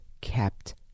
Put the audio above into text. kept